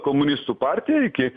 komunistų partijai iki